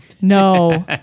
no